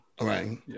right